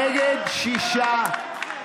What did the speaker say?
נגד, שישה.